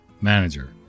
Manager